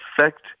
affect